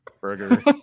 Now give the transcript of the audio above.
Burger